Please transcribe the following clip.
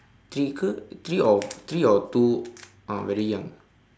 three ke three or three or two ah very young